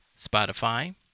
Spotify